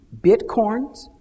bitcoins